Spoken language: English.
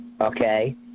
okay